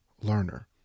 learner